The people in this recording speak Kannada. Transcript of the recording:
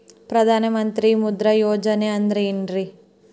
ಪ್ರಧಾನ ಮಂತ್ರಿ ಮುದ್ರಾ ಯೋಜನೆ ಅಂದ್ರೆ ಏನ್ರಿ?